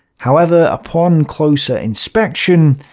however, upon closer inspection,